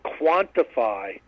quantify